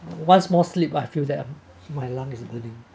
once more slip I feel them my lungs is